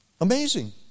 Amazing